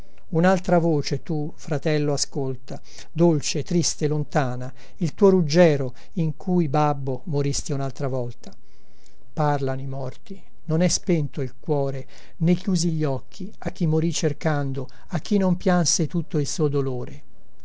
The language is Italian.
unaltra voce tu fratello ascolta dolce triste lontana il tuo ruggiero in cui babbo moristi unaltra volta parlano i morti non è spento il cuore né chiusi gli occhi a chi morì cercando a chi non pianse tutto il suo dolore